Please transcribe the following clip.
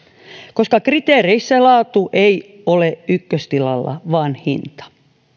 koska kriteereissä laatu ei ole ykköstilalla vaan hinta